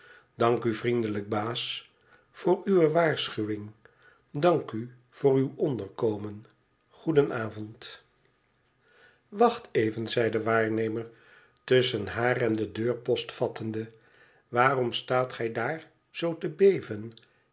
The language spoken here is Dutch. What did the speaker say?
dank u vriendelijk baas voor uwe waarschuwing dank u voor uw onderkomen goedenavond wacht even zei de waarnemer tusschen haar en de deur post vattende waarom staat gij daar zoo te beven